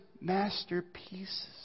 masterpieces